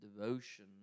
devotion